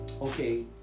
Okay